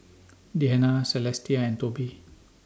Deana Celestia and Tobi